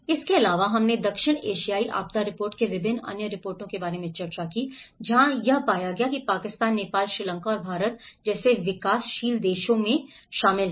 इसके अलावा हमने दक्षिण एशियाई आपदा रिपोर्ट के विभिन्न अन्य रिपोर्टों के बारे में चर्चा की जहां यह है पाकिस्तान नेपाल श्रीलंका और भारत जैसे विकासशील देशों में शामिल हैं